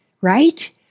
right